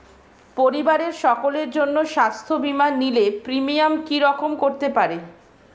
পরিবারের সকলের জন্য স্বাস্থ্য বীমা নিলে প্রিমিয়াম কি রকম করতে পারে?